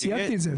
סייגתי את זה.